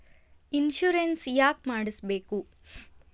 Insurance ಯಾಕ್ ಮಾಡಿಸಬೇಕು?